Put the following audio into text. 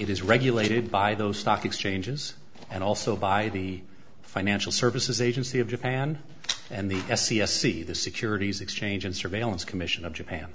it is regulated by those stock exchanges and also by the financial services agency of japan and the s c s c the securities exchange and surveillance commission of japan